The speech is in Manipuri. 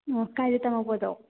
ꯑꯣ ꯀꯗꯥꯏꯗ ꯇꯝꯂꯛꯄꯅꯣ